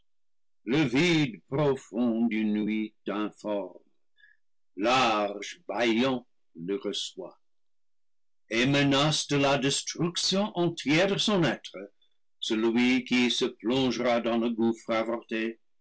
informe large bâillant le reçoit et menace de la destruction entière de son être celui qui se prolongera dans le gouffre avorté